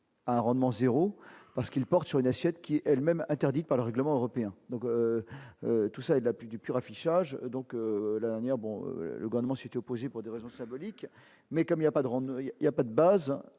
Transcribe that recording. à rendement 0 parce qu'il porte sur une assiette qui est elle-même interdite par le règlement européen, donc tout ça et l'appui du pur affichage donc la bon le grondement s'étaient opposés pour des raisons symboliques, mais comme il y a pas de